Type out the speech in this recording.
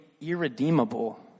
irredeemable